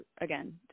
again